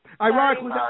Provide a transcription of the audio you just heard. Ironically